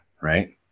Right